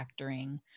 factoring